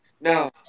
No